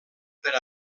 per